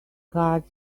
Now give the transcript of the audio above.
card